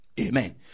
amen